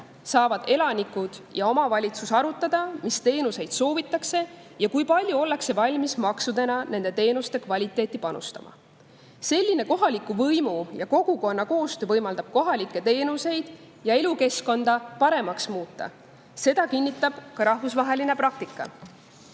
saavad elanikud ja omavalitsus arutada, mis teenuseid soovitakse ja kui palju ollakse valmis maksudena nende teenuste kvaliteeti panustama. Selline kohaliku võimu ja kogukonna koostöö võimaldab kohalikke teenuseid ja elukeskkonda paremaks muuta. Seda kinnitab ka rahvusvaheline praktika.